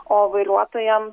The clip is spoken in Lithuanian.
o vairuotojam